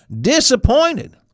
disappointed